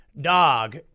Dog